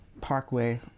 parkway